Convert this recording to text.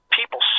people